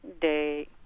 day